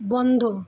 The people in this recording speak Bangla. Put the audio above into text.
বন্ধ